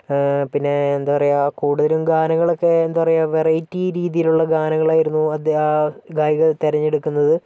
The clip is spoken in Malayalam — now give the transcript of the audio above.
പിന്നെ എന്താ പറയുക കുടുതലും ഗാനങ്ങൾ ഒക്കെ എന്താ പറയുക വെറൈറ്റി രീതിയിലുള്ള ഗാനങ്ങളായിരുന്നു അദ്ദേഹം ഗായിക തെരഞ്ഞെടുക്കുന്നത്